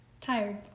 Tired